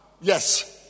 Yes